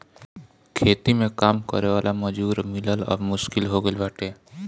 खेती में काम करे वाला मजूर मिलल अब मुश्किल हो गईल बाटे